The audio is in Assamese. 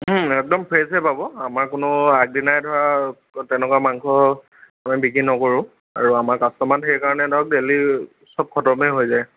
একদম ফ্ৰেছে পাব আমাৰ কোনো আগ দিনাই ধৰা তেনেকুৱা মাংস আমি বিক্ৰী নকৰোঁ আৰু আমাৰ কাষ্টমাৰ ঢেৰ কাৰণে ধৰক ডেইলী চব খতমে হৈ যায়